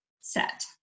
set